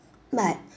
but